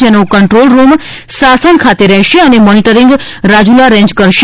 જેનો control room Sasan ખાતે રહેશે અને મોનિટરિંગ રાજુલા રેન્જ કરશે